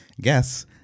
guess